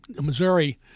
Missouri